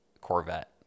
corvette